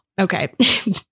Okay